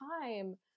time